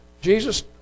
Jesus